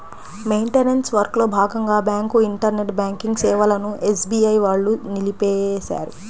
maintenance వర్క్లో భాగంగా bank internet banking సేవలను ఎస్బీఐ వాళ్ళు నిలిపేశారు